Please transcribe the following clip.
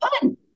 fun